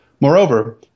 Moreover